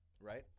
right